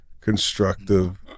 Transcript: constructive